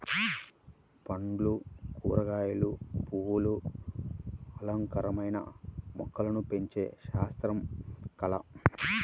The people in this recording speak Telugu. పండ్లు, కూరగాయలు, పువ్వులు అలంకారమైన మొక్కలను పెంచే శాస్త్రం, కళ